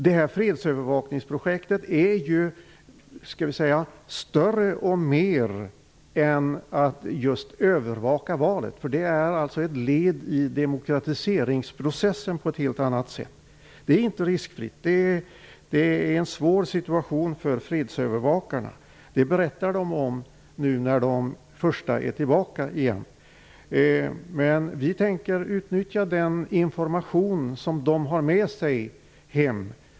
Detta fredsövervakningsprojekt innebär ju mer än att bara övervaka valet. Det är ett led i demokratiseringsprocessen. Det är inte riskfritt. Det är en svår situation för fredsövervakarna. De första som kommit tillbaka berättar om det. Vi tänker utnyttja den information som de har med sig hem.